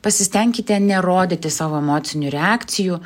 pasistenkite nerodyti savo emocinių reakcijų